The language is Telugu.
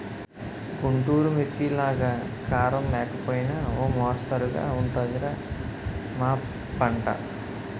గుంటూరు మిర్చిలాగా కారం లేకపోయినా ఓ మొస్తరుగా ఉంటది రా మా పంట